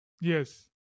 Yes